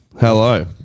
Hello